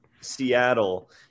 Seattle